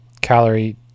calorie